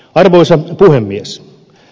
arvoisa puhemies